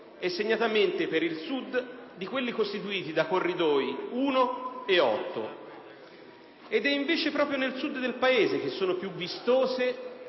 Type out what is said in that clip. e segnatamente per il Sud di quelli costituiti dai Corridoi 1 e 8. Ed è invece proprio nel Sud del Paese che sono più vistose